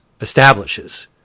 establishes